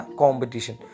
competition